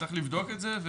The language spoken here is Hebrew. צריך לבדוק את זה.